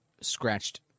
scratched